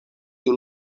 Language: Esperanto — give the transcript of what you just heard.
tiu